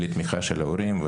בלי תמיכה של ההורים,